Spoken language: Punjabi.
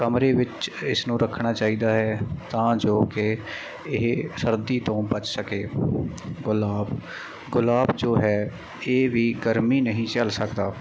ਕਮਰੇ ਵਿੱਚ ਇਸ ਨੂੰ ਰੱਖਣਾ ਚਾਹੀਦਾ ਹੈ ਤਾਂ ਜੋ ਕਿ ਇਹ ਸਰਦੀ ਤੋਂ ਬਚ ਸਕੇ ਗੁਲਾਬ ਗੁਲਾਬ ਜੋ ਹੈ ਇਹ ਵੀ ਗਰਮੀ ਨਹੀਂ ਝੱਲ ਸਕਦਾ